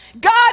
God